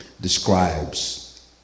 describes